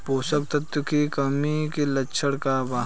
पोषक तत्व के कमी के लक्षण का वा?